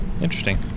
interesting